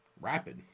Rapid